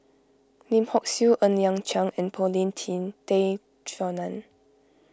Lim Hock Siew Ng Liang Chiang and Paulin Tay Straughan